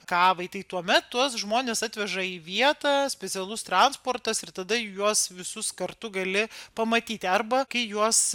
kavai tai tuomet tuos žmones atveža į vietą specialus transportas ir tada juos visus kartu gali pamatyti arba kai juos